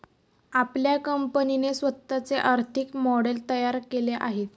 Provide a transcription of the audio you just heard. आपल्या कंपनीने स्वतःचे आर्थिक मॉडेल तयार केले आहे का?